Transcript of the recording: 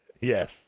Yes